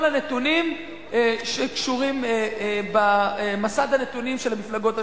הנתונים שקשורים במסד הנתונים של המפלגות השונות.